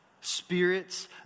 spirits